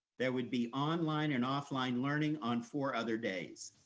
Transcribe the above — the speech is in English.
there would be online and offline learning on for other days.